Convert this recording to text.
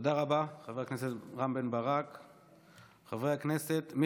תודה רבה, חבר הכנסת רם בן ברק.